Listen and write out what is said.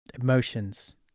emotions